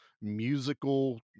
musical